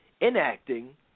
enacting